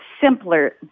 simpler